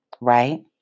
right